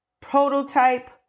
prototype